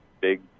big